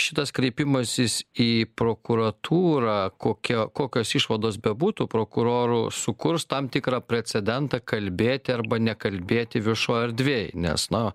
šitas kreipimasis į prokuratūrą kokia kokios išvados bebūtų prokuroro sukurs tam tikrą precedentą kalbėti arba nekalbėti viešoj erdvėj nes na